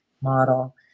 model